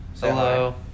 Hello